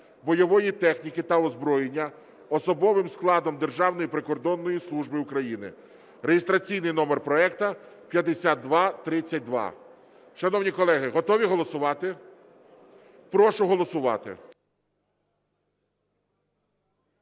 бойової техніки та озброєння особовим складом Державної прикордонної служби України (реєстраційний номер проекту 5232). Шановні колеги, готові голосувати? Прошу голосувати.